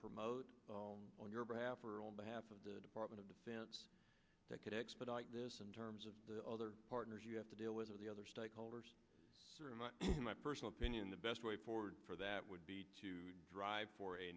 promote on your behalf or on behalf of the department of defense that could expedite this in terms of the other partners you have to deal with the other stakeholders in my personal opinion the best way forward for that would be to drive for a